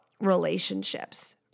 relationships